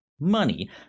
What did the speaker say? money